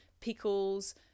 Pickles